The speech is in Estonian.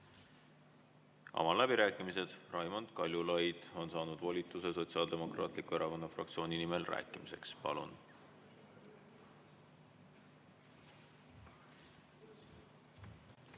Avan läbirääkimised. Raimond Kaljulaid on saanud volituse Sotsiaaldemokraatliku Erakonna fraktsiooni nimel rääkimiseks. Palun!